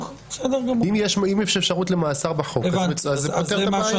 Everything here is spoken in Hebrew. אם יש אפשרות למאסר בחוק, אז זה פותר את הבעיה.